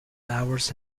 hours